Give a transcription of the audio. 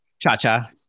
Cha-Cha